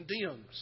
condemns